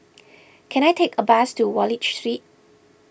can I take a bus to Wallich Street